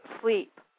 sleep